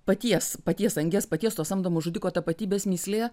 paties paties angies paties to samdomo žudiko tapatybės mįslė